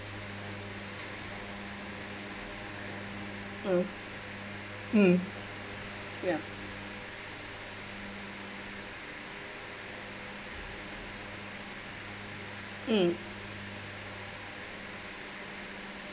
mm mm ya mm